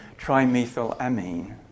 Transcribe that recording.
trimethylamine